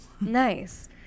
Nice